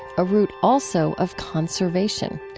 a root also of conservation,